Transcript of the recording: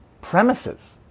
premises